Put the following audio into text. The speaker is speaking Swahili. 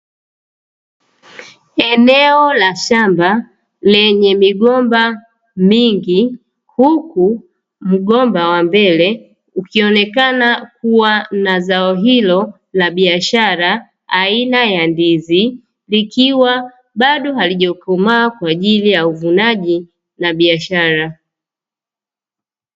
Eneo la shamba lenye migomba mingi, huku mgomba wa mbele ukionekana kuwa na zao hilo la biashara aina ya ndizi, likiwa bado halijakomaa kwaajili ya uvunaji na biashara.